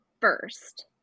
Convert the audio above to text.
first